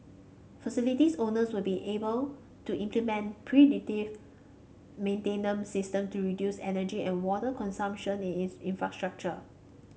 facility owners will be able to implement predictive maintenance systems to reduce energy and water consumption in its infrastructure